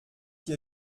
qui